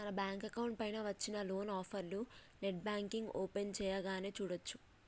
మన bank account పైన వచ్చిన లోన్ ఆఫర్లను నెట్ బ్యాంకింగ్ ఓపెన్ చేయగానే చూడచ్చు